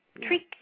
Treat